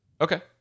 Okay